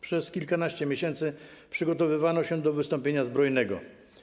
Przez kilkanaście miesięcy przygotowywano się do wystąpienia zbrojnego.